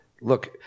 look